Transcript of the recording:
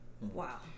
Wow